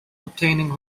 obtaining